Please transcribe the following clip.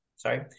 sorry